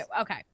Okay